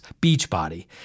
Beachbody